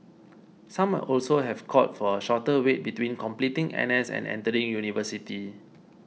some also have called for a shorter wait between completing N S and entering university